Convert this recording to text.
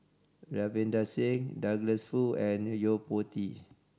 Ravinder Singh Douglas Foo and Yo Po Tee